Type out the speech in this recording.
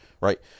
Right